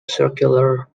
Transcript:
circular